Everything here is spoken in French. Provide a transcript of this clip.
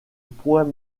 point